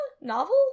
Novel